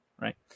right